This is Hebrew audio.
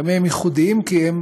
גם הם ייחודיים, כי הם